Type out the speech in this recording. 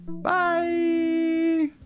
Bye